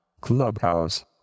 Clubhouse